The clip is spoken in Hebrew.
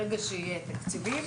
ברגע שיהיו תקציבים